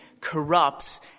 corrupts